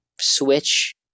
switch